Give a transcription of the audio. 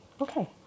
okay